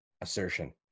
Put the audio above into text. assertion